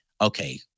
okay